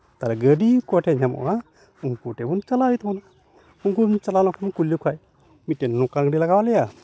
ᱛᱟᱞᱚᱦᱮ ᱜᱟᱹᱰᱤ ᱚᱠᱚᱭ ᱴᱷᱮᱡ ᱧᱟᱢᱚᱜᱼᱟ ᱩᱱᱠᱩ ᱴᱷᱮᱡ ᱵᱚᱱ ᱪᱟᱞᱟᱜ ᱦᱩᱭᱩᱜ ᱛᱟᱵᱚᱱᱟ ᱩᱱᱠᱩ ᱴᱷᱮᱡ ᱪᱟᱞᱟᱣ ᱞᱮᱱᱠᱷᱟᱡ ᱠᱩᱞᱤ ᱞᱮᱠᱚ ᱠᱷᱟᱡ ᱢᱤᱫᱴᱮᱱ ᱱᱚᱝᱠᱟᱱ ᱜᱟᱹᱰᱤ ᱞᱟᱜᱟᱣᱟᱞᱮᱭᱟ